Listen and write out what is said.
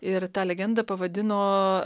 ir tą legendą pavadino